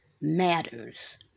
matters